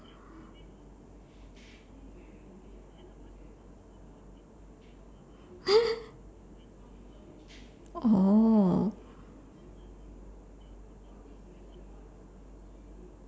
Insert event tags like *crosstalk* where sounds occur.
*laughs* oh